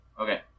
Okay